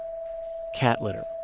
cat litter.